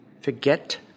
forget